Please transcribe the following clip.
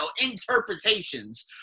interpretations